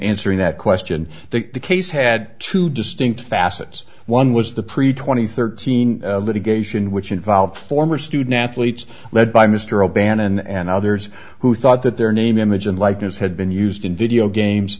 answering that question the case had two distinct facets one was the pre teen and thirteen litigation which involved former student athletes led by mr o'bannon and others who thought that their name image and likeness had been used in video games